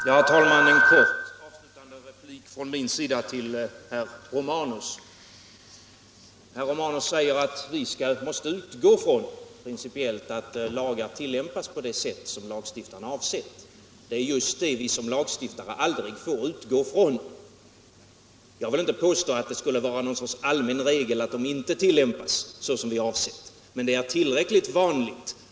Herr talman! En kort avslutande replik från min sida till herr Romanus! Herr Romanus säger att vi principiellt måste utgå från att lagar tillämpas på det sätt som lagstiftarna avsett. Det är just det vi som lagstiftare aldrig kan utgå från! Jag vill inte påstå att det skulle vara någon sorts allmän regel att de inte tillämpas såsom är avsett, men det är tillräckligt vanligt.